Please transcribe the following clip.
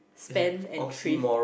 spend and thrift